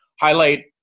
highlight